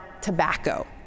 tobacco